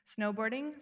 Snowboarding